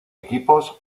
equipos